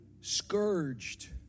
scourged